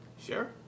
Sure